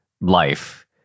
life